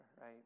right